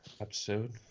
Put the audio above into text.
episode